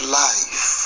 life